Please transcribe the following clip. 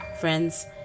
friends